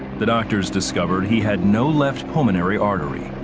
the doctors discovered he had no left pulmonary artery.